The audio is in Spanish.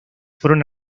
fueron